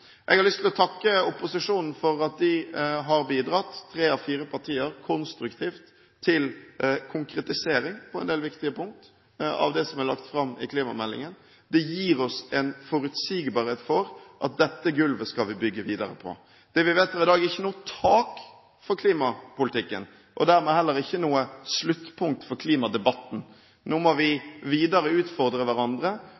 Jeg har lyst til å takke opposisjonen – tre av fire partier – for at de har bidratt konstruktivt til konkretisering på en del viktige punkter av det som har blitt lagt fram i klimameldingen. Det gir oss en forutsigbarhet for at dette gulvet skal vi bygge videre på. Det vi vedtar i dag, er ikke noe tak for klimapolitikken og dermed heller ikke noe sluttpunkt for klimadebatten. Nå må